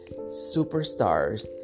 superstars